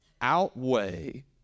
outweigh